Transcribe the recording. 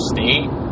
State